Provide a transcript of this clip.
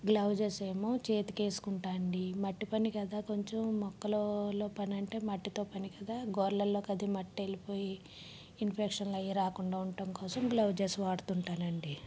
gloves ఏమో చేతికి వేసుకుంటాను అండి మట్టి పని కదా కొంచెం మొక్కలలో పని అంటే మట్టితో పని కదా గోర్లలో అది మట్టి వేళ్ళిపోయి ఇన్ఫెక్షన్లు అవి రాకుండా ఉండటం కోసం గ్లోవ్స్ వాడుతూ ఉంటానండి